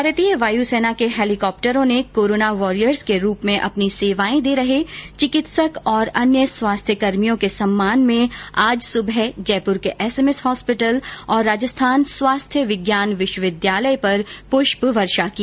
भारतीय वायुसेना के हैलीकाप्टरों ने कोरोना वॉरियर्स के रूप में अपनी सेवाएं दे रहे चिकित्सक और अन्य स्वास्थ्यकर्मियों के सम्मान में आज सुबह जयपुर के एसएमएस हॉस्पिटल और राजस्थान स्वास्थ्य विज्ञान विश्वविद्यालय पर पुष्प वर्षा की